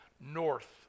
North